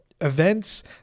events